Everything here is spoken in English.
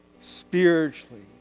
spiritually